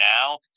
now